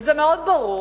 וזה מאוד ברור